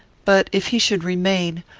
but, if he should remain,